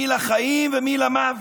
מי לחיים ומי למוות,